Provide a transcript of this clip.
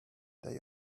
they